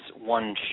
one